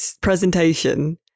presentation